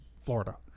Florida